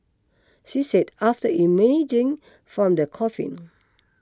she said after emerging from the coffin